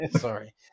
Sorry